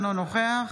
אינו נוכח